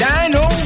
Dino